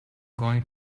going